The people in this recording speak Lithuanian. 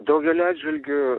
daugeliu atžvilgiu